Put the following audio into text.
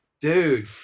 Dude